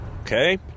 Okay